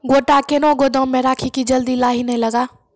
गोटा कैनो गोदाम मे रखी की जल्दी लाही नए लगा?